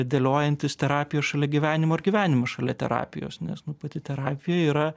dėliojantis terapiją šalia gyvenimo ir gyvenimą šalia terapijos nes nu pati terapija yra